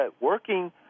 working